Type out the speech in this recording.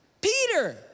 Peter